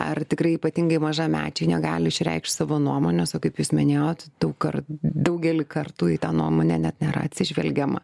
ar tikrai ypatingai mažamečiai negali išreikšt savo nuomonėso kaip jūs minėjot daug kart daugelį kartų į tą nuomonę net nėra atsižvelgiama